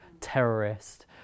terrorist